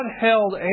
held